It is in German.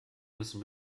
müssen